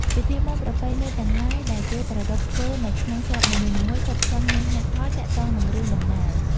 ពិធីបុណ្យប្រពៃណីទាំងឡាយ ដែលគេប្រារព្ធធ្វើនៅក្នុងស្រុកនីមួយៗ សុទ្ធសឹងមានហេតុផល ទាក់ទងនឹងរឿងដំណាល ។